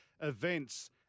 events